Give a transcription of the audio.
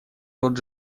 тот